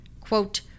Quote